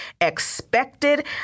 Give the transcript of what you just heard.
expected